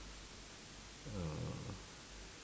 uh